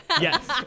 Yes